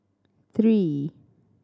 three